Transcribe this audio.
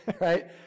right